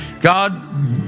God